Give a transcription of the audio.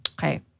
Okay